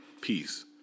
peace